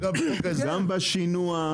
גם בשינוע,